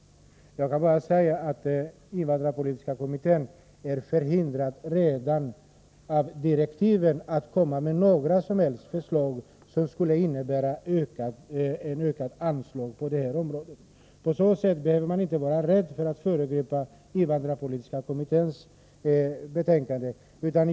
Jag kan bara säga att invandrarpolitiska kommittén redan enligt direktiven är förhindrad att framlägga några som helst förslag som skulle innebära ökade anslag på det här området. Därför behöver man inte vara rädd att man föregriper invandrarpolitiska kommittens betänkande.